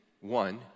one